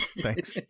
Thanks